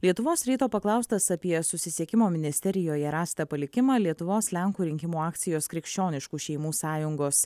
lietuvos ryto paklaustas apie susisiekimo ministerijoje rastą palikimą lietuvos lenkų rinkimų akcijos krikščioniškų šeimų sąjungos